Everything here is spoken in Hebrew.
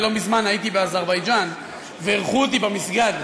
אני סיפרתי לכם שלא מזמן הייתי באזרבייג'ן ואירחו אותי במסגד.